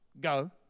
go